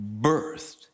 birthed